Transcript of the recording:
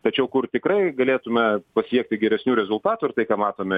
tačiau kur tikrai galėtume pasiekti geresnių rezultatų ir tai ką matome